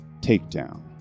Takedown